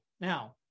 Now